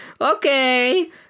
Okay